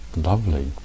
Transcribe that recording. lovely